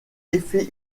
effet